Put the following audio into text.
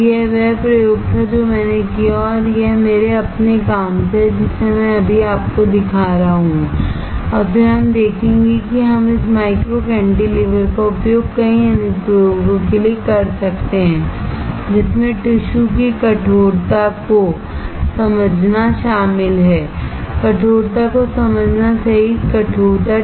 तो यह वह प्रयोग था जो मैंने किया और यह मेरे अपने काम से है जिसे मैं अभी आपको दिखा रहा हूं और फिर हम देखेंगे कि हम इस माइक्रो कैंटीलीवर का उपयोग कई अनुप्रयोगों के लिए कैसे कर सकते हैं जिसमें टिशू की कठोरता को समझना शामिल हैकठोरता को समझना सहित कठोरता